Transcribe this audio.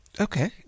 Okay